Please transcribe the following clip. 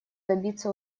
добиться